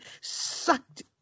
sucked